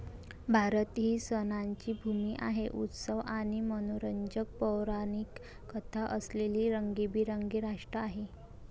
भारत ही सणांची भूमी आहे, उत्सव आणि मनोरंजक पौराणिक कथा असलेले रंगीबेरंगी राष्ट्र आहे